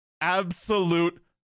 absolute